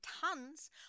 tons